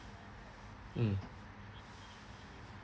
mm